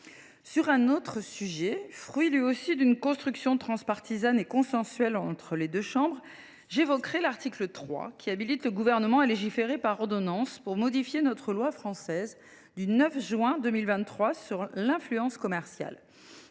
à un autre sujet, fruit lui aussi d’une construction transpartisane et consensuelle entre les deux chambres. L’article 3 habilite le Gouvernement à légiférer par ordonnance pour modifier notre loi du 9 juin 2023 visant à encadrer l’influence commerciale.